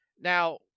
Now